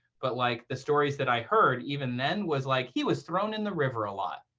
but like the stories that i heard, even then, was like, he was thrown in the river a lot.